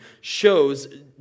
shows